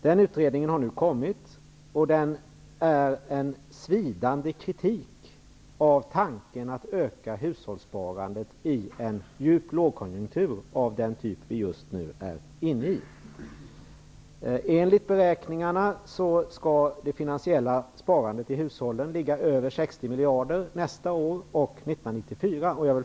Den utredningen är nu färdig, och den utgör en svidande kritik av tanken att öka hushållssparandet i en djup lågkonjunktur av den typ vi just nu är inne i. Enligt beräkningarna skall det finansiella sparandet i hushållen ligga över 60 miljarder nästa år och 1994.